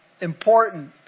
Important